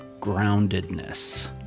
groundedness